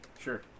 Sure